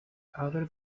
other